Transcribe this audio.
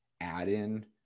add-in